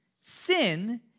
sin